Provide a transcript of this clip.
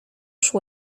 szło